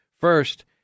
First